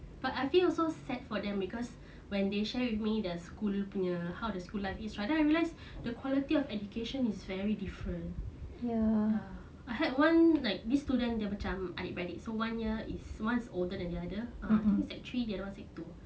but I feel so sad for them because when they share with me the school punya how the school life is right then I realise the quality of education is very different ya I had one like this student everytime I read it so one year is one older than the other take three the other one take two